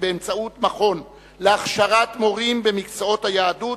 באמצעות מכון להכשרת מורים במקצועות היהדות,